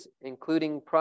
including